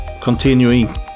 continuing